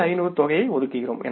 1500 தொகையை ஒதுக்குகிறோம்